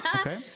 Okay